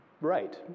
right